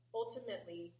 ultimately